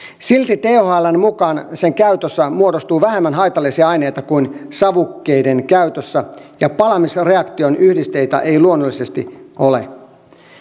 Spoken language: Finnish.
silti thln mukaan sen käytössä muodostuu vähemmän haitallisia aineita kuin savukkeiden käytössä ja palamisreaktion yhdisteitä ei luonnollisesti ole